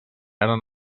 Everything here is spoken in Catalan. eren